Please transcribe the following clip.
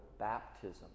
baptism